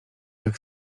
jak